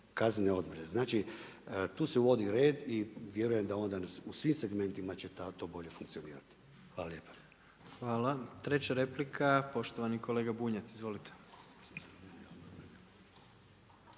razumije./… Znači, tu se uvodi red i vjerujem da onda u svim segmentima će to bolje funkcionirati. Hvala lijepa. kles **Jandroković, Gordan (HDZ)** Hvala. 3 replika, poštovani kolega Bunjac. Izvolite.